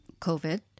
COVID